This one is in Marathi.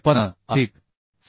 53 अधिक 6